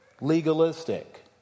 legalistic